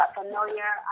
familiar